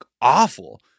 awful